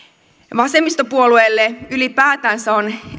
vasemmistopuolueille ylipäätänsä on